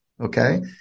Okay